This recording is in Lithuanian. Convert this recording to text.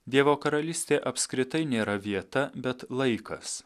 dievo karalystė apskritai nėra vieta bet laikas